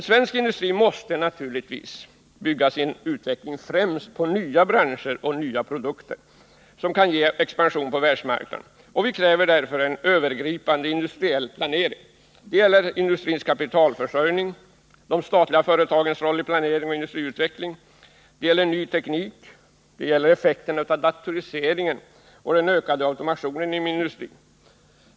Svensk industri måste naturligtvis främst bygga sin utveckling på nya branscher och nya produkter, som kan ge expansion på världsmarknaden. Vi kräver därför en övergripande industriell planering. Det gäller industrins kapitalförsörjning och de statliga företagens roll i planering och industriutveckling. Det gäller också ny teknik och effekterna av datoriseringen och den ökande automationen inom industrin.